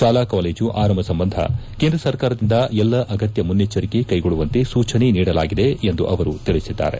ಶಾಲಾ ಕಾಲೇಜು ಆರಂಭ ಸಂಬಂಧ ಕೇಂದ್ರ ಸರ್ಕಾರದಿಂದ ಎಲ್ಲಾ ಅಗತ್ಯ ಮುನ್ನೆಚ್ವರಿಕೆ ಕೈಗೊಳ್ಳುವಂತೆ ಸೂಚನೆ ನೀಡಲಾಗಿದೆ ಎಂದು ಅವರು ಹೇಳಿದ್ದಾರೆ